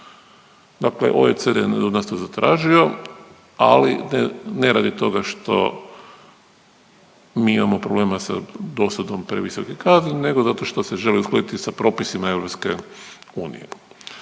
Dakle OECD je od nas to zatražio, ali ne radi toga što mi imamo problema sa dosudom previsokih kazni, nego zato što se želi uskladiti sa propisima